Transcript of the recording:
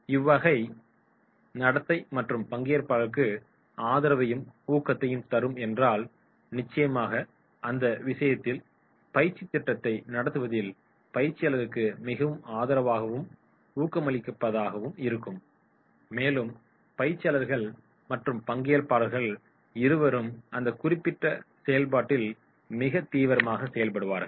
இவ்வகை நடத்தை மற்ற பங்கேற்பாளர்களுக்கு ஆதரவையும் ஊக்கத்தையும் தரும் என்றால் நிச்சயமாக அந்த விஷயத்தில் பயிற்சித் திட்டத்தை நடத்துவதில் பயிற்சியாளருக்கு மிகவும் ஆதரவாகவும் ஊக்கமளிப்பதாக இருக்கும் மேலும் பயிற்சியாளர்கள் மற்றும் பங்கேற்பாளர்கள் இருவரும் அந்த குறிப்பிட்ட செயல்பாட்டில் மிக தீவிரமாக செயல்படுவார்கள்